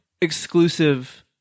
exclusive